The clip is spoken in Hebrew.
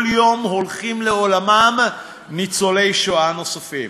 כל יום הולכים לעולמם ניצולי שואה נוספים.